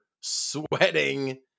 sweating